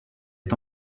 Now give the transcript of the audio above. est